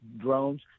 drones